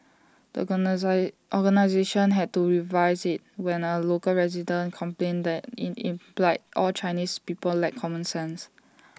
the organisation had to revise IT when A local resident complained that in implied all Chinese people lacked common sense